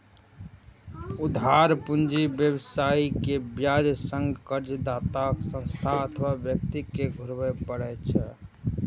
उधार पूंजी व्यवसायी कें ब्याज संग कर्जदाता संस्था अथवा व्यक्ति कें घुरबय पड़ै छै